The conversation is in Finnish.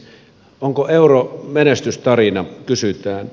onko euro menestystarina kysytään